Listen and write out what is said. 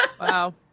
Wow